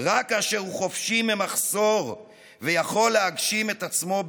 רק כאשר הוא חופשי ממחסור ויכול להגשים את עצמו במלואו.